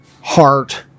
heart